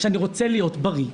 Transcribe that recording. שאני רוצה להיות בריא.